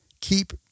keep